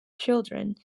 children